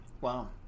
Wow